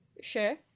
Sure